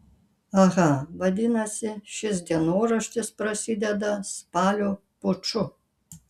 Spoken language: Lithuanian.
aha vadinasi šis dienoraštis prasideda spalio puču